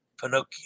Pinocchio